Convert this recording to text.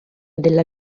della